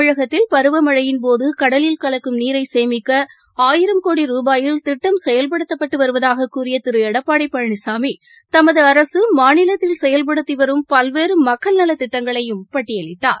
தமிழகத்தில் பருவமழையின்போதுகடலில் கலக்கும் நீரைசேமிக்கஆயிரம் கோடி ரூபாயில் திட்டம் செயல்படுத்தப்பட்டுவருவதாககூறியதிருளடப்பாடிபழனிசாமி தமதுஅரசுமாநிலத்தில் செயல்படுத்திவரும் பல்வேறுமக்கள் நலத்திட்டங்களையும் பட்டியலிட்டார்